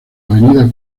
avenida